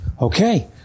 Okay